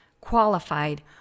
qualified